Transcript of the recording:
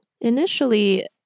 Initially